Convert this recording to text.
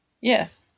Yes